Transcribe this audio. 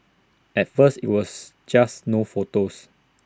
at first IT was just no photos